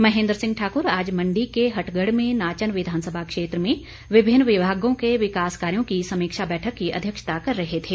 महेन्द्र सिंह ठाकुर आज मंडी के हटगढ़ में नाचन विधानसभा क्षेत्र में विभिन्न विभागों के विकास कार्यो की समीक्षा बैठक की अध्यक्षता कर रहे थे